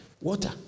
water